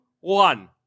one